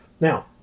Now